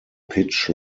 pitch